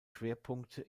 schwerpunkte